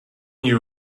you